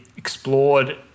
explored